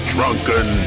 Drunken